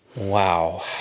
Wow